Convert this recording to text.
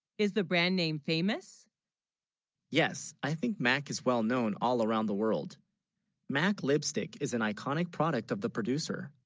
is the brand, name famous yes i think mac is well-known all around the world mac lipstick is an iconic product of the producer